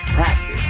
practice